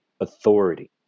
authority